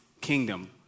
Kingdom